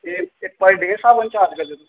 एह् पर डे दे स्हाब कन्नै चार्ज करदे तुस